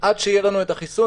עד שיהיה לנו את החיסון.